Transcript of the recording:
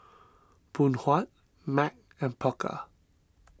Phoon Huat Mac and Pokka